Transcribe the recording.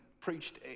preached